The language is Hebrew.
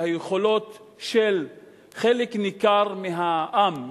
והיכולות של חלק ניכר מהעם,